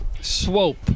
Swope